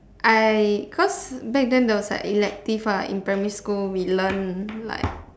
I cause back then there was like elective lah in primary school we learnt like